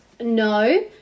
no